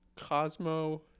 Cosmo